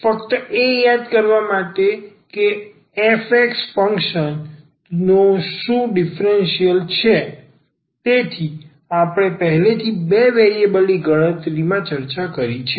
ફક્ત એ યાદ કરવા માટે કે f x ફંક્શન નો શું ડીફરન્સીયલ છે તેથી આપણે પહેલેથી જ બે વેરિએબલ ની ગણતરીમાં ચર્ચા કરી છે